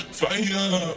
fire